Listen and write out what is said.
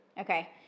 Okay